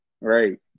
Right